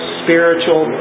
spiritual